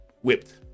whipped